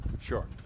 Sure